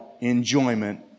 enjoyment